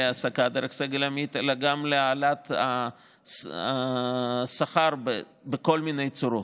ההעסקה דרך סגל עמית אלא גם להעלאת השכר בכל מיני צורות.